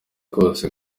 kose